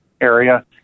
area